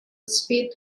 speed